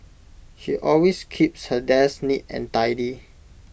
she always keeps her desk neat and tidy